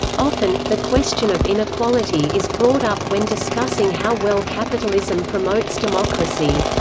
often, the question of inequality is brought up when discussing how well capitalism promotes democracy.